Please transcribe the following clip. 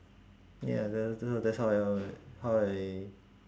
ya that is that's h~ how uh how I